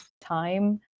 time